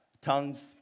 Tongues